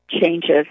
changes